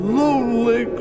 lonely